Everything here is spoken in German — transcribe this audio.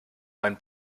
mein